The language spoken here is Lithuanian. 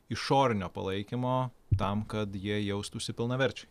išorinio palaikymo tam kad jie jaustųsi pilnaverčiai